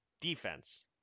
Defense